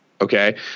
Okay